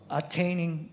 attaining